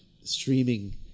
streaming